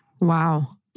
Wow